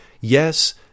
Yes